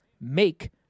make